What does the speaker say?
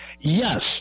yes